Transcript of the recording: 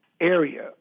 area